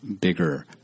bigger